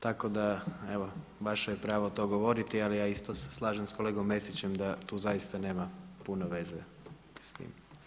Tako da evo vaše je pravo to govoriti ali ja isto se slažem sa kolegom Mesićem da tu zaista nema puno veze sa time.